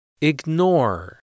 Ignore